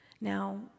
Now